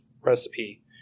recipe